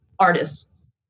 artists